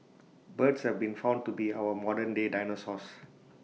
birds have been found to be our modernday dinosaurs